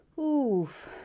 Oof